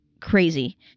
crazy